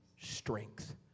strength